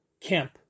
camp